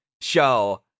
show